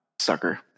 Sucker